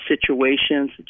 situations